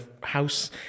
house